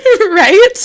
right